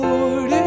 Lord